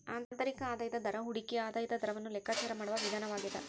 ಆಂತರಿಕ ಆದಾಯದ ದರ ಹೂಡಿಕೆಯ ಆದಾಯದ ದರವನ್ನು ಲೆಕ್ಕಾಚಾರ ಮಾಡುವ ವಿಧಾನವಾಗ್ಯದ